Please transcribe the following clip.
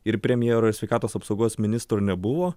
ir premjero sveikatos apsaugos ministro nebuvo